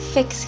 Fix